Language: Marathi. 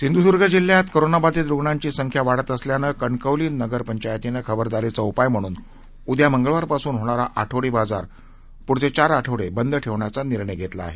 सिंधूदूर्ग जिल्ह्यात कोरोनाबाधित रुग्णांची संख्या वाढत असल्यानं कणकवली नगरपंचतीनं खबरदारीचा उपाय म्हणून उद्या मंगळवारपासून होणारा आठवडी बाजार पुढील चार आठवडे बंद ठेवण्याचा निर्णय घेतला आहे